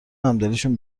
همدلیشون